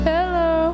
Hello